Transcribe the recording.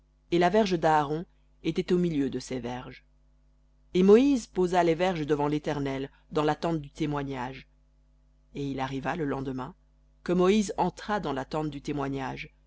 et la verge d'aaron était au milieu de ces verges et moïse posa les verges devant l'éternel dans la tente du témoignage et il arriva le lendemain que moïse entra dans la tente du témoignage